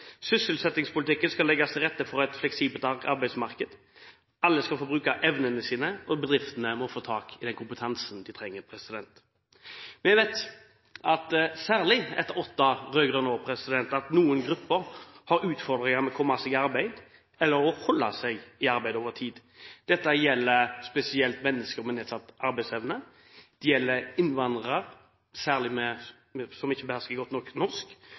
Sysselsettingspolitikken skal legge til rette for et fleksibelt arbeidsmarked, alle skal få bruke evnene sine, og bedriftene må få tak i den kompetansen de trenger. Vi vet at særlig etter åtte rød-grønne år har noen grupper utfordringer med å komme seg i arbeid eller å holde seg i arbeid over tid. Dette gjelder spesielt mennesker med nedsatt arbeidsevne, det gjelder innvandrere, særlig de som ikke behersker godt nok norsk,